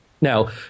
Now